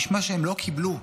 ישמע שהם לא קיבלו.